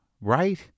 right